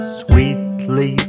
sweetly